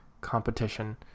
competition